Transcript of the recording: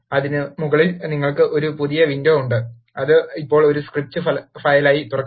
അതിനുമുകളിൽ നിങ്ങൾക്ക് ഒരു പുതിയ വിൻഡോ ഉണ്ട് അത് ഇപ്പോൾ ഒരു സ്ക്രിപ്റ്റ് ഫയലായി തുറക്കുന്നു